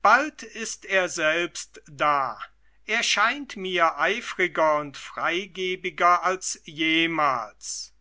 bald ist er selbst da er scheint mir eifriger und freigebiger als jemals